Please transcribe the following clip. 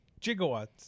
gigawatts